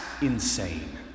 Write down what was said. insane